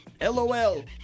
LOL